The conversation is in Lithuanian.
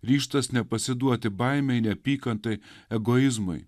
ryžtas nepasiduoti baimei neapykantai egoizmui